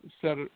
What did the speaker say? set